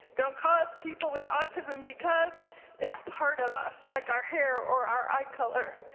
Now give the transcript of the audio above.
don't call us people with autism, because it's part of us, like our hair or our eye color,